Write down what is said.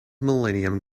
millennium